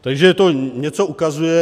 Takže to něco ukazuje.